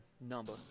number